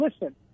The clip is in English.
listen